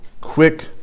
quick